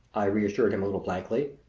i assured him a little blankly.